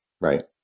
Right